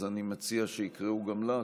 אז אני מציע שיקראו גם לה,